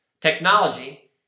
technology